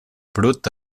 brut